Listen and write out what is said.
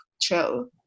chill